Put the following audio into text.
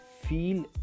feel